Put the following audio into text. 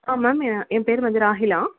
ஆ ma'am என் என் பேர் வந்து ராஹிலா